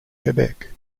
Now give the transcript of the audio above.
quebec